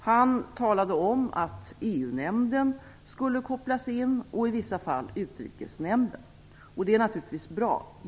Han talade om att EU nämnden skulle kopplas in och i vissa fall utrikesnämnden. Det är naturligtvis bra.